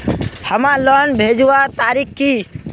हमार लोन भेजुआ तारीख की?